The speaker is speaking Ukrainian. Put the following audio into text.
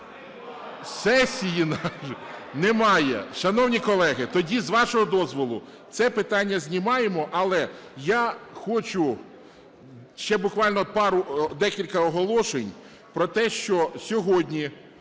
нашої? Немає. Шановні колеги, тоді, з вашого дозволу, це питання знімаємо. Але хочу ще буквально пару, декілька оголошень про те, що сьогодні